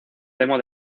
demo